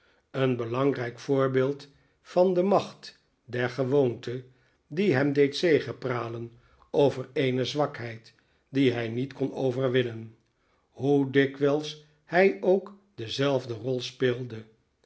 een belangrijk voorbeeld van de macht der gewoonte die hem deed zegepralen over eene zwakheid die hij niet kon overwinnen hoe dikwijls hij ook dezelfde rol speelde